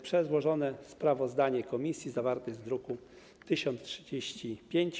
Przedłożone sprawozdanie komisji zawarte jest w druku nr 1035.